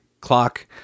clock